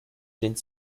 sind